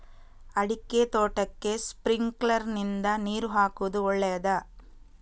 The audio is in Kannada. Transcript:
ಅಡಿಕೆ ತೋಟಕ್ಕೆ ಸ್ಪ್ರಿಂಕ್ಲರ್ ನಿಂದ ನೀರು ಹಾಕುವುದು ಒಳ್ಳೆಯದ?